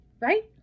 Right